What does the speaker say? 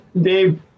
Dave